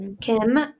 Kim